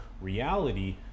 reality